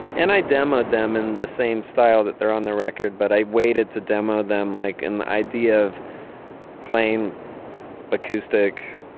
and i demo them in the same style that they're on the record but i waited to demo them like and an idea of playing acoustic.